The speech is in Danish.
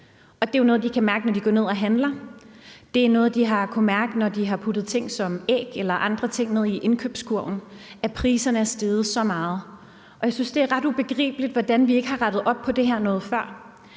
det er jo noget, de kan mærke, når de går ned og handler; det er noget, de har kunnet mærke, når de har puttet ting som æg eller andre ting ned i indkøbskurven, nemlig at priserne er steget så meget. Jeg synes, det er ret ubegribeligt, hvorfor vi ikke har rettet op på det her noget før.